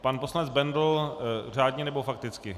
Pan poslanec Bendl řádně, nebo fakticky?